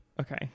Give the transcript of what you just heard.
okay